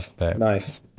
Nice